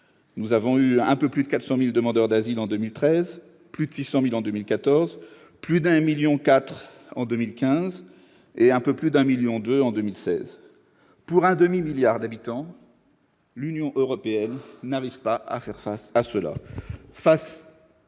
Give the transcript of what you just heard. Nous avons eu un peu plus de 400 000 demandeurs d'asile en 2013, plus de 600 000 en 2014, plus d'1,4 million en 2015 et un peu plus d'1,2 million en 2016. Avec une population d'un demi-milliard d'habitants, l'Union européenne n'arrive pas à faire face à cette